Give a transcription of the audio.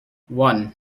one